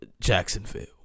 Jacksonville